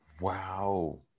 Wow